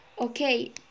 okay